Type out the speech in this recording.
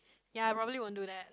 ya I probably won't do that